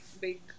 big